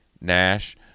Nash